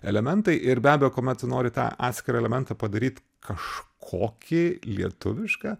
elementai ir be abejo kuomet nori tą atskirą elementą padaryt kažkokį lietuvišką